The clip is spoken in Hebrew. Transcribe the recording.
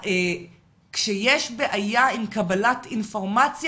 כשיש בעיה עם קבלת אינפורמציה,